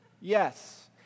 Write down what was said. Yes